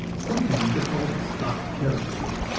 sometimes, they're called stock characters.